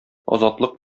азатлык